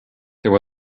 there